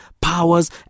powers